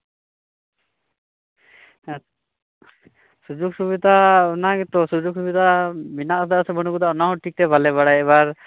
ᱦᱮᱸ ᱥᱩᱡᱳᱜᱽ ᱥᱩᱵᱤᱛᱟ ᱚᱱᱟ ᱜᱮᱛᱚ ᱥᱩᱡᱳᱜᱽ ᱥᱩᱵᱤᱛᱟ ᱢᱮᱱᱟᱜ ᱟᱠᱟᱫᱟ ᱥᱮ ᱵᱟᱱᱩᱜ ᱟᱠᱟᱫᱟ ᱚᱱᱟ ᱦᱚᱸ ᱴᱷᱤᱠᱼᱴᱷᱟᱠ ᱵᱟᱞᱮ ᱵᱟᱲᱟᱭᱟᱠᱟᱫᱟ ᱮᱵᱟᱨ